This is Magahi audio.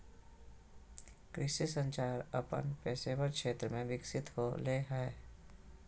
कृषि संचार अपन पेशेवर क्षेत्र में विकसित होले हें